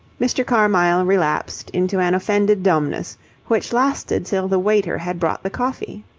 mr. carmyle relapsed into an offended dumbness, which lasted till the waiter had brought the coffee.